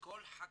שכל חקירה,